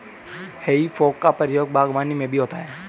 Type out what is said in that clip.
हेइ फोक का प्रयोग बागवानी में भी होता है